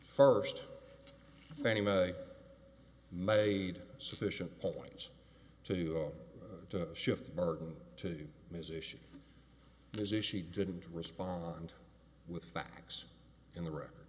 first made sufficient points to shift the burden to musician is a she didn't respond with facts in the record